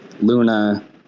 Luna